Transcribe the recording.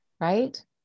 Right